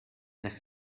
nach